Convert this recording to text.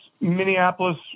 Minneapolis